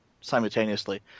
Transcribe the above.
simultaneously